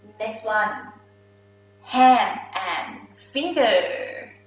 next one hand and finger,